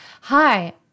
hi